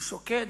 הוא שוקד.